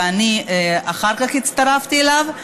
ואני אחר כך הצטרפתי אליו.